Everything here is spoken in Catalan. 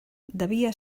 devia